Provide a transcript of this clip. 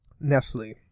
Nestle